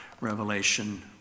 Revelation